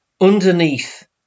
underneath